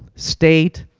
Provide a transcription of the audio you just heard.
state,